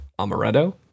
amaretto